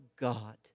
God